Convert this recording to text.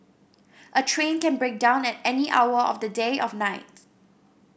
a train can break down at any hour of the day of night